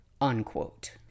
unquote